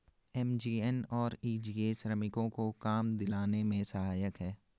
MGNREGA श्रमिकों को काम दिलाने में सहायक है